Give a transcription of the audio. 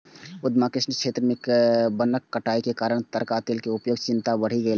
उष्णकटिबंधीय क्षेत्र मे वनक कटाइ के कारण ताड़क तेल के उपयोग सं चिंता बढ़ि गेल छै